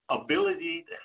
ability